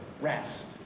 rest